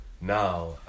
now